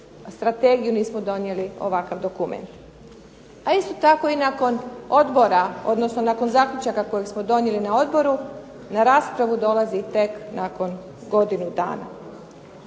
strategiju, nismo donijeli ovakav dokument. A isto tako i nakon odbora, odnosno nakon zaključaka kojeg smo donijeli na odboru na raspravu dolazi tek nakon godinu dana.